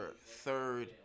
third